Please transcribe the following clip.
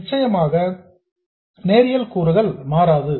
நிச்சயமாக நேரியல் கூறுகள் மாறாது